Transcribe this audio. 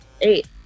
eight